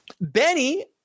Benny